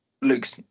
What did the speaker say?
Luke's